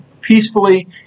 peacefully